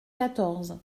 quatorze